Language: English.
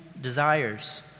desires